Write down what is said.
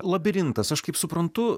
labirintas aš kaip suprantu